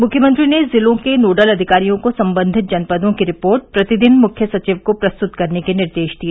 मुख्यमंत्री ने जिलों के नोडल अधिकारियों को सम्बंधित जनपदों की रिपोर्ट प्रतिदिन मुख्य सचिव को प्रस्तुत करने के निर्देश दिए